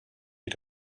had